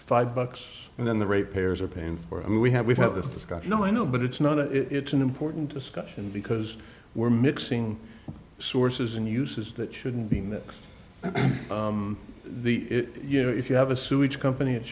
five bucks and then the rate payers are paying for and we have we have this discussion oh i know but it's not a it's an important discussion because we're mixing sources and uses that shouldn't be in the you know if you have a sewage compan